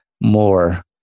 more